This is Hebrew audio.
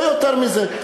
לא יותר מזה.